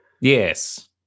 Yes